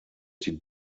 die